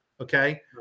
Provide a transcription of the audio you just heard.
Okay